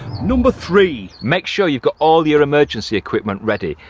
number three make sure you've got all your emergency equipment ready,